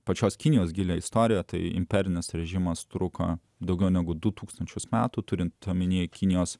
pačios kinijos gilią istoriją tai imperinis režimas truko daugiau negu du tūkstančius metų turint omenyje kinijos